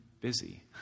busy